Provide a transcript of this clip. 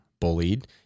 bullied